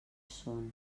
són